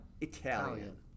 Italian